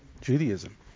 Judaism